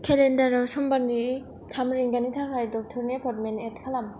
केलेन्डाराव समबारनि थाम रिंगानि थाखाय डक्टरनि एपइन्टमेन्ट एद खालाम